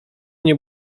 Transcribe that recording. nie